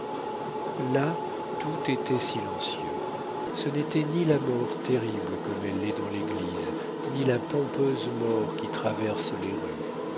là tout était silencieux ce n'était ni la mort terrible comme elle l'est dans l'église ni la pompeuse mort qui traverse les rues